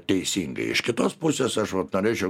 teisinga iš kitos pusės aš vat norėčiau